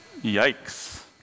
yikes